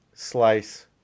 Slice